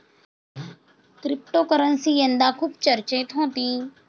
cryptocurrency यंदा खूप चर्चेत होती